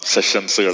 Sessions